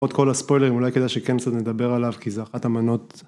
עוד כל הספוילרים, אולי כדאי שכן קצת נדבר עליו, כי זו אחת המנות